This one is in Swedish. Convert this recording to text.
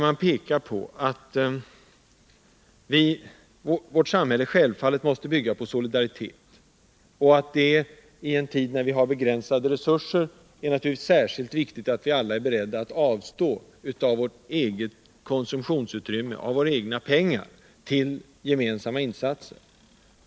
Man pekar på att vårt samhälle självfallet måste bygga på solidaritet och att det i en tid när vi har begränsade resurser naturligtvis är särskilt viktigt att alla är beredda att avstå eget konsumtionsutrymme och egna pengar till gemensamma insatser.